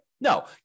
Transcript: No